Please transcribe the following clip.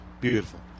Beautiful